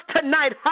tonight